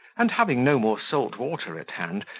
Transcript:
and having no more salt-water at hand,